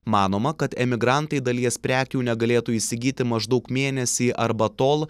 manoma kad emigrantai dalies prekių negalėtų įsigyti maždaug mėnesį arba tol